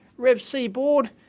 rev c board,